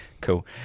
Cool